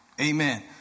Amen